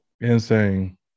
Insane